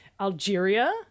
algeria